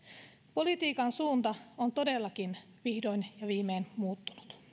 politiikan suunta on todellakin vihdoin ja viimein muuttunut